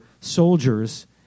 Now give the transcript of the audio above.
soldiers